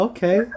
Okay